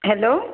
hello